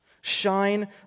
Shine